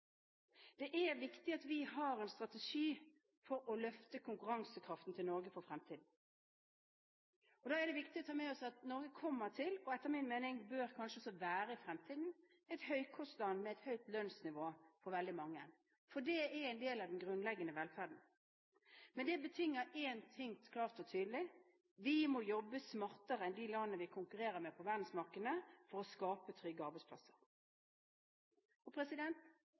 Det er viktig at vi har en strategi for å løfte Norges konkurransekraft for fremtiden. Da er det viktig at vi tar med oss at Norge kommer til å være – og etter min mening kanskje også bør være – et høykostland, med et høyt lønnsnivå for veldig mange. Det er en del av den grunnleggende velferden. Men det betinger én ting klart og tydelig: Vi må jobbe smartere enn de landene vi konkurrerer med på verdensmarkedene, for å skape trygge